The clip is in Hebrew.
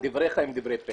דבריך הם דברי בלע.